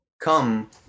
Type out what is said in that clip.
come